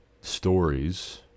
stories